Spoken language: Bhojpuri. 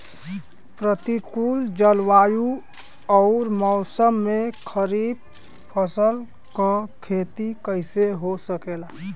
प्रतिकूल जलवायु अउर मौसम में खरीफ फसलों क खेती कइसे हो सकेला?